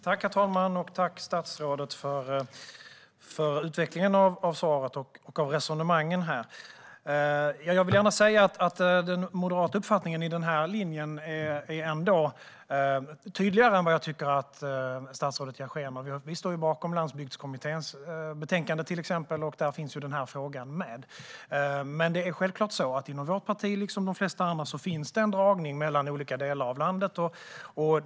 Herr talman! Tack, statsrådet, för utvecklingen av svaret och resonemangen! Den moderata uppfattningen när det gäller denna linje är tydligare än vad jag tycker att statsrådet ger sken av. Vi står till exempel bakom Landsbygdskommitténs betänkande, där denna fråga finns med. Men självfallet är det så att det inom vårt parti, liksom i de flesta andra, finns en dragning mellan olika delar av landet.